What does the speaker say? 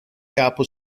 capo